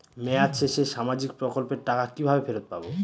মেয়াদ শেষে সামাজিক প্রকল্পের টাকা কিভাবে ফেরত পাবো?